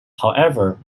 however